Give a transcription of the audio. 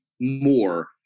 more